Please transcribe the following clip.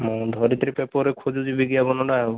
ମୁଁ ଧରିତ୍ରୀ ପେପରରେ ଖୋଜୁଛି ବିଜ୍ଞାପନଟା